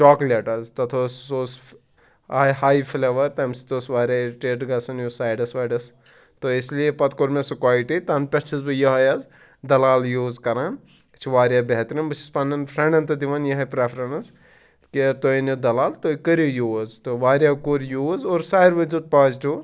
chocolate حظ تَتھ اوس سُہ اوس آی ہاے فٕلیوَر تَمہِ سۭتۍ اوس واریاہ اِرِٹیٹ گژھان یہِ اوس سایڈَس وایڈَس تو اِسلیے پَتہٕ کوٚر مےٚ سُہ کایٹٕے تَنہٕ پٮ۪ٹھ چھُس بہٕ یِہوٚے حظ دَلال یوٗز کَران یہِ چھِ واریاہ بہتریٖن بہٕ چھُس پنٛنٮ۪ن فرٛٮ۪نٛڈَن تہِ دِوان یِہوٚے پرٛٮ۪فرینٕس کہِ تُہۍ أنِو دَلال تُہۍ کٔرِو یوٗز تہٕ واریاہو کوٚر یوٗز اور ساروٕے دیُت پازٹِو